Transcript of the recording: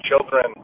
children